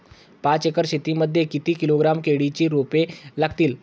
पाच एकर शेती मध्ये किती किलोग्रॅम केळीची रोपे लागतील?